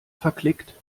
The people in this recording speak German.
verklickt